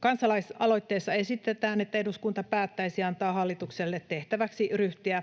Kansalaisaloitteessa esitetään, että eduskunta päättäisi antaa hallitukselle tehtäväksi ryhtyä